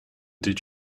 did